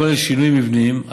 הכולל שינויים מבניים,